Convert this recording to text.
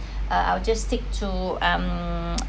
uh I'll just stick to um